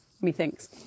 Methinks